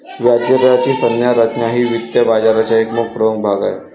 व्याजदराची संज्ञा रचना हा वित्त बाजाराचा एक प्रमुख भाग आहे